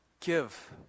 give